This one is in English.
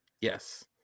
Yes